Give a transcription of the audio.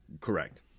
Correct